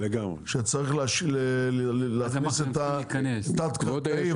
שצריך להכניס את התת-קרקעי,